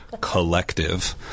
collective